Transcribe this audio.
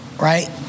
right